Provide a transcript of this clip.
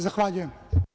Zahvaljujem.